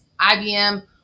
IBM